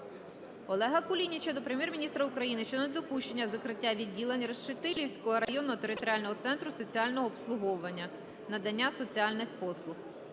Олега Кулініча до Прем'єр-міністра України щодо недопущення закриття відділень Решетилівського районного територіального центру соціального обслуговування (надання соціальних послуг).